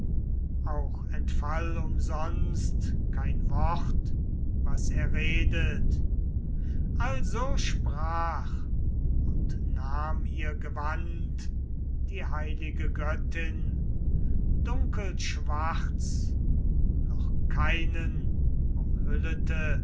auch entfall umsonst kein wort was er redet also sprach und nahm ihr gewand die heilige göttin dunkelschwarz noch keinen umhüllete